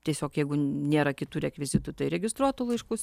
tiesiog jeigu nėra kitų rekvizitų tai registruotu laišku